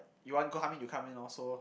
you want go how many you come in lor so